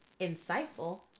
insightful